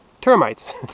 termites